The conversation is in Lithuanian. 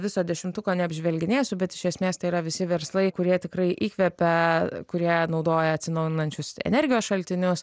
na viso dešimtuko neapžvelginėsime bet iš esmės tai yra visi verslai kurie tikrai įkvepia kurie naudoja atsinaujinančius energijos šaltinius